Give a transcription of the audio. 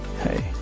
Hey